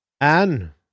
Anne